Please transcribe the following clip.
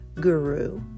guru